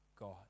God